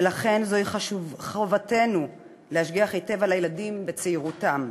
ולכן זו חובתנו להשגיח היטב על הילדים בצעירותם,